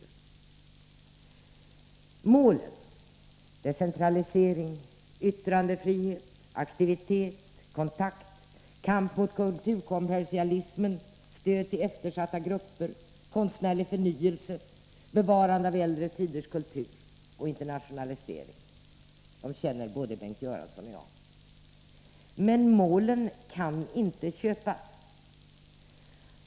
Målen känner både Bengt Göransson och jag: decentralisering, yttrandefrihet, aktivitet, kontakt, kamp mot kulturkommersialismen, stöd till eftersatta grupper, konstnärlig förnyelse, bevarande av äldre tiders kultur och internationalisering. Men målen kan inte köpas.